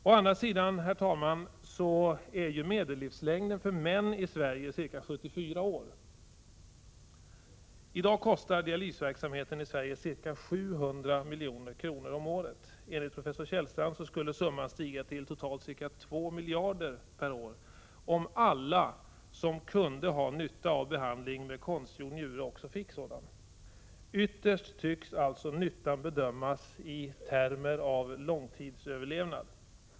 Å andra sidan, herr talman, är medellivslängden för män i Sverige ca 74 år. I dag kostar dialysverksamheten i Sverige ca 700 milj.kr. om året. Enligt professor Kjellstrand skulle summan stiga till totalt ca 2 miljarder kronor årligen om alla som kunde ha nytta av behandling med konstgjord njure också fick sådan. Ytterst tycks alltså nyttan bedömas i termer av långtidsöverlevnad.